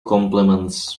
compliments